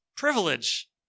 privilege